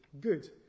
good